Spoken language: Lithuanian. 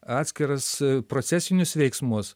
atskiras procesinius veiksmus